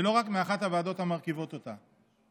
ולא רק מאחת הוועדות המרכיבות אותה.